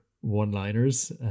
one-liners